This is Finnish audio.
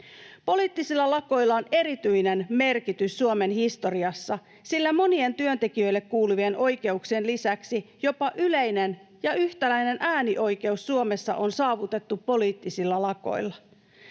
Poliittisilla lakoilla on erityinen merkitys Suomen historiassa, sillä monien työntekijöille kuuluvien oikeuksien lisäksi jopa yleinen ja yhtäläinen äänioikeus Suomessa on saavutettu poliittisilla lakoilla.